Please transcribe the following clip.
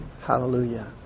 hallelujah